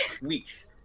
weeks